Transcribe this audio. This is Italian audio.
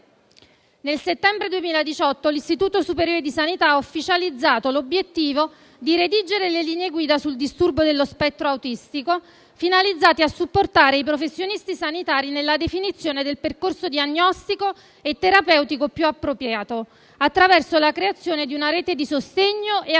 Nel settembre 2018 l'Istituto superiore di sanità ha ufficializzato l'obbiettivo di redigere le linee guida sul disturbo dello spettro autistico, finalizzate a supportare i professionisti sanitari nella definizione del percorso diagnostico e terapeutico più appropriato, attraverso la creazione di una rete di sostegno e assistenza